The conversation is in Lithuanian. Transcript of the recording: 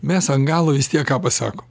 mes ant galo vis tiek ką pasakom